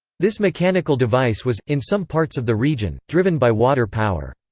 this mechanical device was, in some parts of the region, driven by water power.